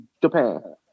Japan